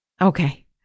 Okay